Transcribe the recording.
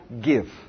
give